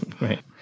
Right